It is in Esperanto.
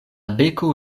beko